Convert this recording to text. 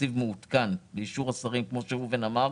תקציב מעודכן לאישור השרים כמו שראובן אמר,